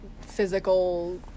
physical